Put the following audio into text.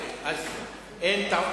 ללא תשובת שר.